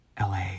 la